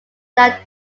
land